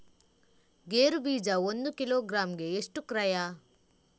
ಗೇರು ಬೀಜ ಒಂದು ಕಿಲೋಗ್ರಾಂ ಗೆ ಎಷ್ಟು ಕ್ರಯ?